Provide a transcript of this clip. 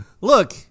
Look